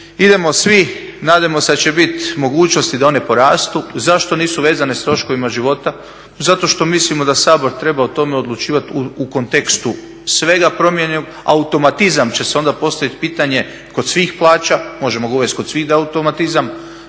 Idemo svi, nadajmo se da će bit mogućnosti da one porastu. Zašto nisu vezane sa troškovima života? Zato što mislimo da Sabor treba o tome odlučivati u kontekstu svega promijenjenog, automatizam će se onda postavit pitanje kod svih plaća. Možemo ga uvest kod svih da je automatizam.